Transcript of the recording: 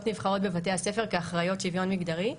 נבחרות בבתי הספר כאחראיות שוויון מגדרי,